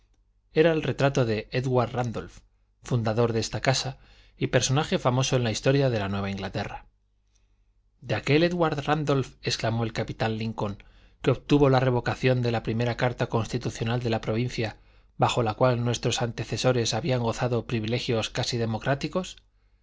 era el retrato de édward rándolph fundador de esta casa y personaje famoso en la historia de la nueva inglaterra de aquel édward rándolph exclamó el capitán lincoln que obtuvo la revocación de la primera carta constitucional de la provincia bajo la cual nuestros antecesores habían gozado privilegios casi democráticos